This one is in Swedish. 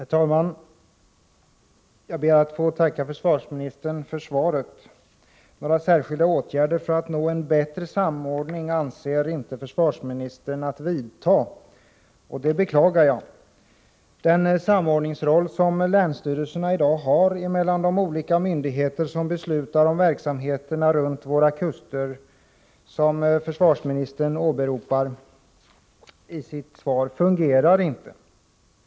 Herr talman! Jag ber att få tacka försvarsministern för svaret. Några särskilda åtgärder för att nå en bättre samordning avser inte försvarsministern vidta, och det beklagar jag. Den samordningsroll som länsstyrelserna i dag har mellan de olika myndigheter som beslutar om verksamheter runt våra kuster, som försvarsministern åberopar i sitt svar, fungerar inte.